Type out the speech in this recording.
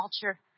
culture